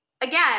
again